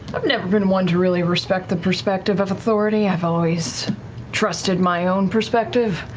i've never been one to really respect the perspective of authority, i've always trusted my own perspective.